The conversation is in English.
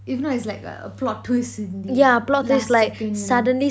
if not is like like a plot twist in the last second you know